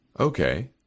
Okay